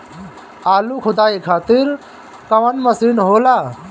आलू खुदाई खातिर कवन मशीन होला?